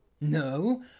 No